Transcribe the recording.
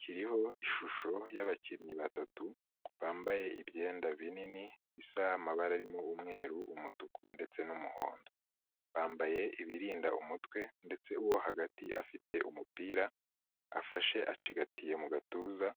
Kiriho ishusho y'abakinnyi batatu, bambaye ibyenda binini bisa amabara arimo umweru, umutuku ndetse n'umuhondo. Bambaye ibirinda umutwe ndetse uwo hagati afite umupira afashe acigatiye mu gatuza,